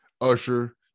Usher